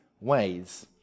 ways